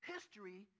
History